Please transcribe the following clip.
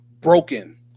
broken